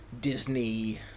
Disney